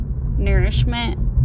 nourishment